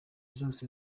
zose